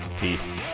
peace